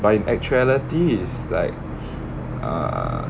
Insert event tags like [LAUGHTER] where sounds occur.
but in actuality is like [NOISE] err